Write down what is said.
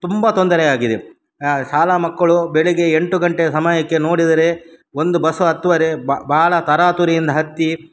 ತುಂಬ ತೊಂದರೆಯಾಗಿದೆ ಶಾಲಾ ಮಕ್ಕಳು ಬೆಳಿಗ್ಗೆ ಎಂಟು ಗಂಟೆ ಸಮಯಕ್ಕೆ ನೋಡಿದರೆ ಒಂದು ಬಸ್ಸು ಹತ್ತುವರೆ ಬ ಭಾಳ ತರಾತುರಿಯಿಂದ ಹತ್ತಿ